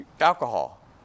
alcohol